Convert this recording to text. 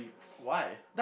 why